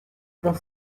dans